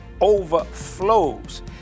overflows